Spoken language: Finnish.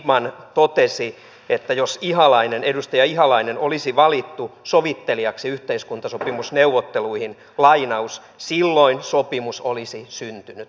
lindtman totesi että jos edustaja ihalainen olisi valittu sovittelijaksi yhteiskuntasopimusneuvotteluihin silloin sopimus olisi syntynyt